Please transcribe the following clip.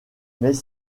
mais